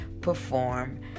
perform